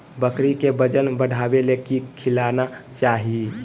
बकरी के वजन बढ़ावे ले की खिलाना चाही?